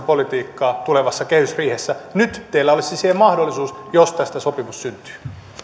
politiikkaa tulevassa kehysriihessä nyt teillä olisi siihen mahdollisuus jos tästä sopimus syntyy